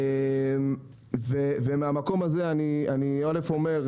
מהמקום הזה אני אומר,